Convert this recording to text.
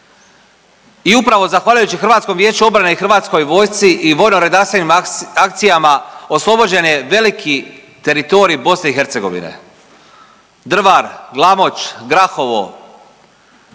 I upravo zahvaljujući HVO-u i hrvatskoj vojsci i vojno-redarstvenim akcijama oslobođen je veliki teritorij BiH. Drvar, Glamoč, Grahovo,